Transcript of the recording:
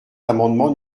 l’amendement